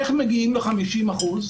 איך מגיעים ל-50%?